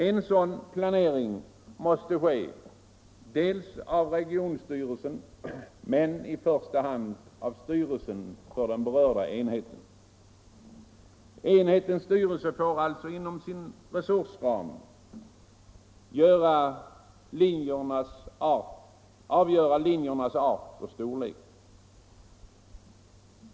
En sådan planering måste ske av regionstyrelsen, men i första hand av styrelsen för den berörda enheten. Enhetens styrelse får alltså inom sin resursram avgöra linjernas art och storlek.